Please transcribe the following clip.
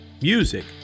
Music